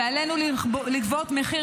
ועלינו לגבות מחיר